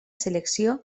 selecció